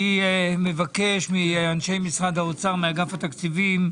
אני מבקש מאנשי משרד האוצר, מאגף התקציבים,